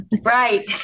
Right